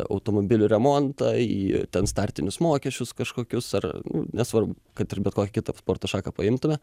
automobilių remontą į ten startinius mokesčius kažkokius ar nesvarbu kad ir bet kokią kitą sporto šaką paimtume